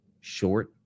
short